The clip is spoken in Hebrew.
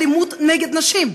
אלימות נגד נשים.